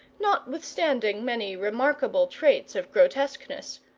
notwithstanding many remarkable traits of grotesqueness,